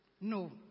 no